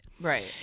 Right